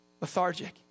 lethargic